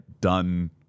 done